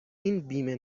بیمه